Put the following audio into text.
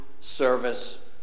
service